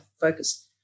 focus